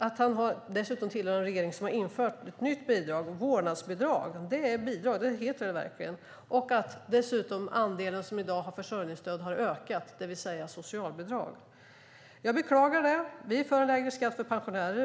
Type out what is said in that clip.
Han tillhör dessutom en regering som har infört ett nytt bidrag, nämligen vårdnadsbidrag. Det är ett bidrag. Det heter verkligen bidrag. Dessutom har andelen som har försörjningsstöd, det vill säga socialbidrag, ökat i dag. Jag beklagar detta. Vi är för en lägre skatt för pensionärer.